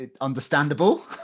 understandable